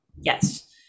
yes